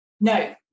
No